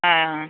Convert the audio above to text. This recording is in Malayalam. ആ ആ